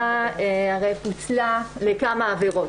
הרי פוצלה לכמה עבירות.